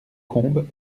combes